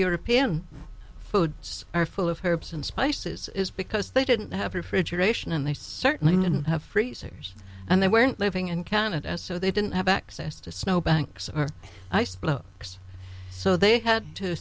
european foods are full of her person spices is because they didn't have refrigeration and they certainly didn't have freezers and they weren't living in canada so they didn't have access to snow banks or ice flow so they had to